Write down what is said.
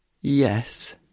Yes